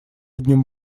одним